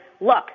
look